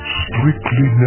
strictly